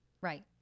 Right